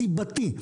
הסיבתי,